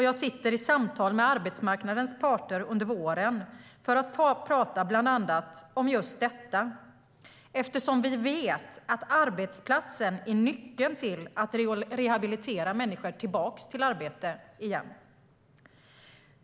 Jag sitter i samtal med arbetsmarknadens parter under våren för att prata bland annat om just detta, eftersom vi vet att arbetsplatsen är nyckeln till att rehabilitera människor tillbaka till arbete.